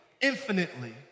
infinitely